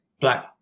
black